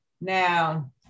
Now